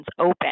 open